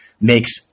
makes